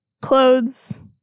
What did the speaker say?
clothes